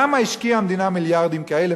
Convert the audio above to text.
למה השקיעה המדינה מיליארדים כאלה,